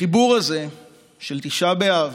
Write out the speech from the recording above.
החיבור הזה של תשעה באב